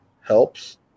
helps